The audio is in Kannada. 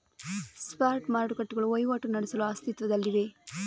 ಸ್ಪಾಟ್ ಮಾರುಕಟ್ಟೆಗಳು ವಹಿವಾಟು ನಡೆಸಲು ಅಸ್ತಿತ್ವದಲ್ಲಿವೆ